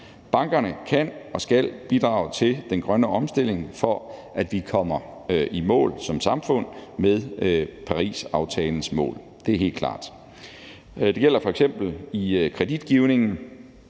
Bankerne kan og skal bidrage til den grønne omstilling, for at vi kommer i mål som samfund med Parisaftalens mål. Det er helt klart. Det gælder f.eks. i kreditgivningen,